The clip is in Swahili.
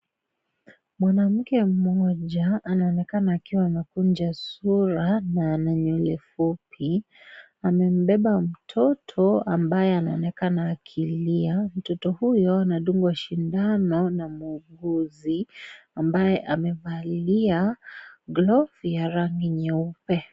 Mwanamke mmoja anaonekana amekunja sura na ana nywele fubi. Amembeba mtoto ambaye anaonekana akulia. Mtoto huyo anadungwa sindano na muuguzi ambaye amevalia glovu ya rangi nyeupe.